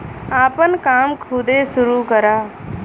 आपन काम खुदे सुरू करा